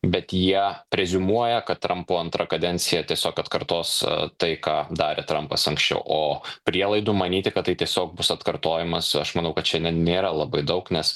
bet jie preziumuoja kad trampo antra kadencija tiesiog atkartos tai ką darė trampas anksčiau o prielaidų manyti kad tai tiesiog bus atkartojimas aš manau kad šiandien nėra labai daug nes